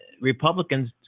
Republicans